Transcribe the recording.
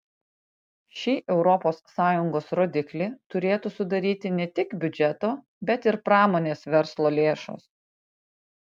šį europos sąjungos rodiklį turėtų sudaryti ne tik biudžeto bet ir pramonės verslo lėšos